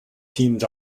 teams